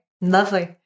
Lovely